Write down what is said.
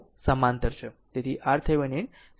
તેથી RThevenin 0